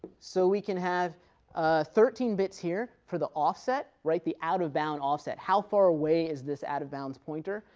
so we can have thirteen bits here for the offset, right, the out of bound offset. how far away is this out of bounds pointer,